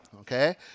okay